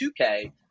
2K –